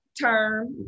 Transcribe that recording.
term